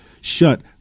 shut